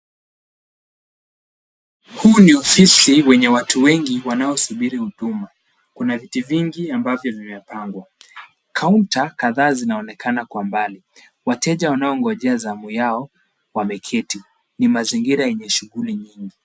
Huu ni usisi wenye watu wengi wanaosubiri huduma. Kuna viti vingi ambavyo vimepangwa. Kaunta kadhaa zinaonekana kwa mbali. Wateja wanaongojea zamu yao wameketi. Ni mazingira yenye shughuli nyingi.